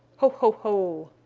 ho! ho! ho!